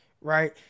right